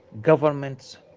governments